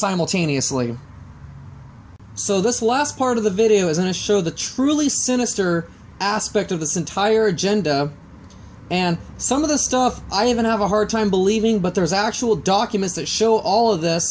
simultaneously so this last part of the video is an issue of the truly sinister aspect of this entire agenda and some of the stuff i even have a hard time believing but there's actual documents that show all of this